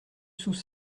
sous